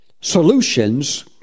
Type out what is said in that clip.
solutions